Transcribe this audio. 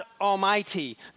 Almighty